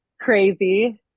crazy